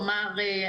כלומר,